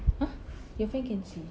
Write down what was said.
!huh! your friend can see